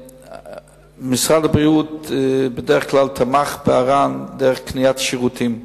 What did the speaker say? משרד הבריאות בדרך כלל תמך בער"ן דרך קניית שירותים.